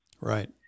Right